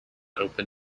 open